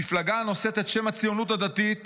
מפלגה הנושאת את שם הציונות הדתית